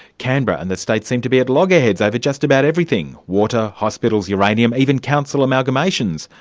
canberra and the states seem to be at loggerheads over just about everything water, hospitals, uranium, even council amalgamations.